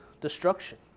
destruction